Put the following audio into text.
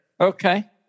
Okay